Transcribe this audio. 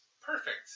perfect